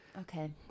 Okay